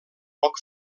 poc